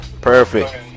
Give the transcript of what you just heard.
Perfect